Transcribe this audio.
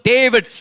David